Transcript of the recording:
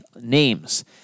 names